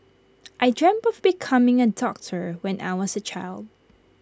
I dreamt of becoming A doctor when I was A child